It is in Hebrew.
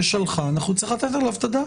ששלחה, אנחנו נצטרך לתת על כך את הדעת.